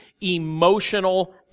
emotional